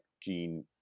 Gene